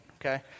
okay